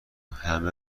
همه